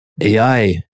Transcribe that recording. AI